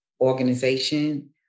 organization